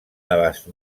abast